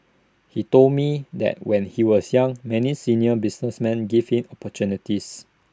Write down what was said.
he told me that when he was young many senior businessmen gave him opportunities